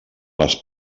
les